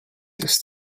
this